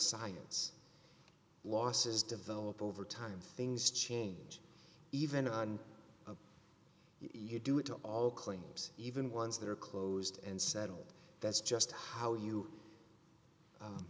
science losses develop over time things change even if you do it to all claims even ones that are closed and settled that's just how you